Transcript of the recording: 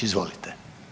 Izvolite.